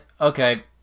Okay